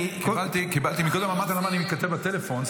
--- קודם שאלת למה אני מתכתב בטלפון,